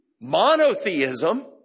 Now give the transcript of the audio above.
monotheism